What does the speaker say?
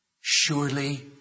Surely